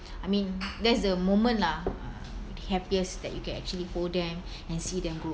I mean that's the moment lah happiest that you can actually hold them and see them grow